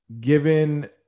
given